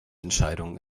entscheidung